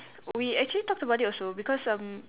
we actually talked about it also because um